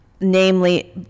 namely